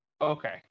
Okay